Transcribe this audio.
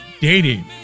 dating